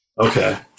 Okay